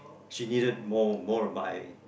she needed more more of my